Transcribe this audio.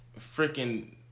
freaking